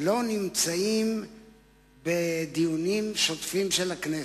לא נמצאים בדיונים שוטפים של הכנסת.